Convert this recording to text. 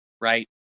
right